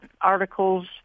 articles